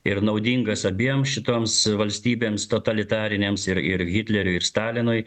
ir naudingas abiem šitoms valstybėms totalitarinėms ir ir hitleriui ir stalinui